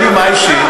להפך,